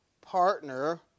partner